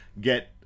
Get